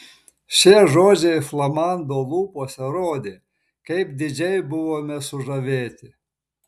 šie žodžiai flamando lūpose rodė kaip didžiai buvome sužavėti